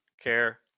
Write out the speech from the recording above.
care